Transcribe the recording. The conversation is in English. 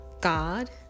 God